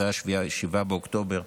אחרי 7 באוקטובר,